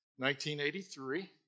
1983